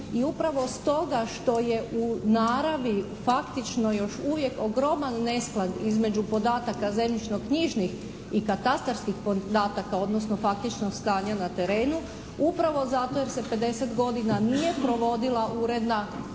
I upravo stoga što je u naravi faktično i još uvijek ogroman nesklad između podataka zemljišno-knjižnih i katastarskih podataka, odnosno faktično stanja na terenu, upravo zato jer se 50 godina nije provodila uredna